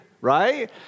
Right